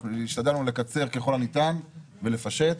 אנחנו השתדלנו לקצר ככל הניתן ולפשט.